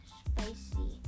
spicy